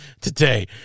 today